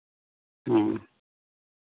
ᱦᱮᱸ